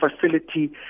facility